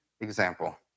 example